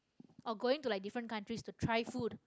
or going to like different countries to try food